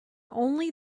only